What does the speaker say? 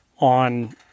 on